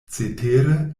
cetere